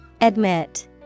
Admit